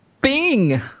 Bing